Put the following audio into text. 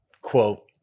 quote